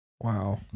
wow